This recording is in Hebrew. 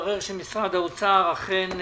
מתברר שמשרד האוצר אכן,